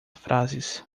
frases